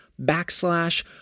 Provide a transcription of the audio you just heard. backslash